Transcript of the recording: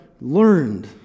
learned